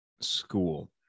school